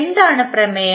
എന്താണ് പ്രമേയം